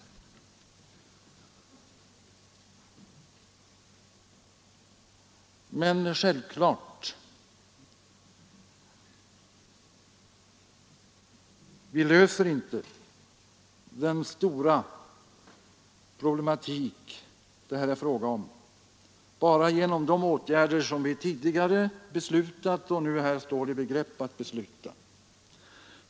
Nr 106 Men självklart löser vi inte den stora problematik det här är fråga om Fredagen den enbart genom de åtgärder vi tidigare beslutat om och dem vi står i 1 juni 1973 begrepp att besluta nu.